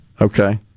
Okay